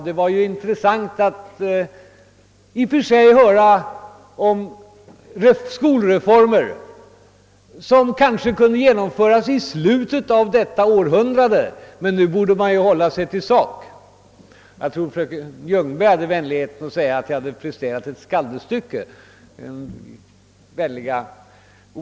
Det var, sade han, i och för sig intressant att höra om skolreformer som kanske kunde genomföras i slutet av detta århundrade. Nu borde man emellertid hålla sig till saken. Jag tror att fröken Ljungberg den gången hade vänligheten att säga att jag hade presterat »ett skaldestycke».